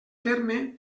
terme